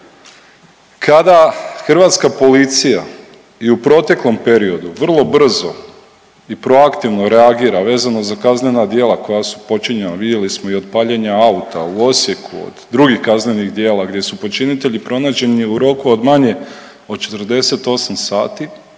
Kada hrvatska policija i u proteklom periodu vrlo brzo i proaktivno reagira vezano za kaznena djela koja su počinjena, vidjeli smo i od paljenja auta u Osijeku, drugih kaznenih djela gdje su počinitelji pronađeni u roku od manje od 48 sati